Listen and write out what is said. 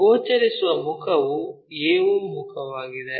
ಆದ್ದರಿಂದ ಗೋಚರಿಸುವ ಮುಖವು a o ಮುಖವಾಗಿದೆ